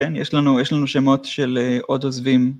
כן, יש לנו שמות של עוד עוזבים.